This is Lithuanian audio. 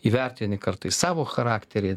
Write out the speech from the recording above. įvertini kartais savo charakterį